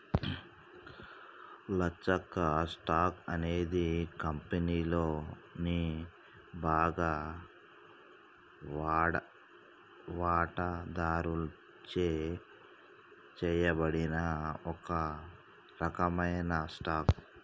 లచ్చక్క, stock అనేది కంపెనీలోని బాగా వాటాదారుచే చేయబడిన ఒక రకమైన స్టాక్